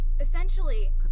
essentially